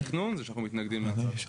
עמדת מינהל התכנון היא שאנחנו מתנגדים להצעה.